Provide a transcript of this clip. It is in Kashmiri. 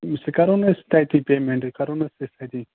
سُہ کَرُو نا أسۍ تَتِی پیمینٛٹ کرو نا أسۍ تَتِی